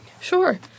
Sure